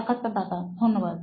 সাক্ষাৎকারদাতা ধন্যবাদ